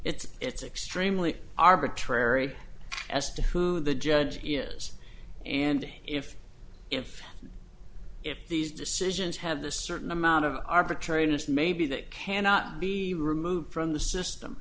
it's it's extremely arbitrary as to who the judge is and if if if these decisions have the certain amount of arbitrariness maybe that cannot be removed from the system